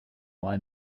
mal